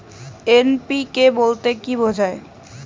NPK বলতে কী বোঝায়?